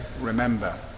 Remember